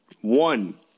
one